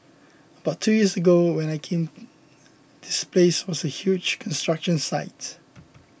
but two years ago when I came this place was a huge construction site